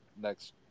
next